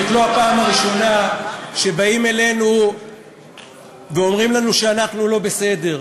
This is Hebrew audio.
זו לא הפעם הראשונה שבאים אלינו ואומרים לנו שאנחנו לא בסדר.